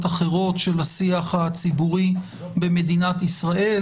אחרות של השיח הציבורי במדינת ישראל,